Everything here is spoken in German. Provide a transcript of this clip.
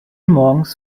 morgens